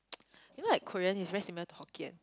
you know like Korean is very similar to Hokkien